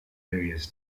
areas